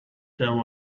there